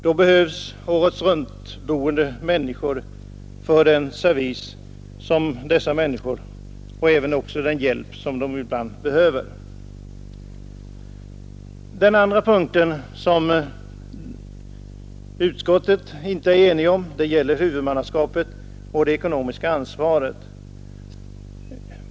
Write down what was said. Då behövs året-runt-boende människor för den service och den hjälp som dessa människor behöver. Den andra punkten där utskottet inte är enigt gäller huvudmannaskapet och det ekonomiska ansvaret.